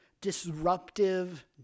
disruptive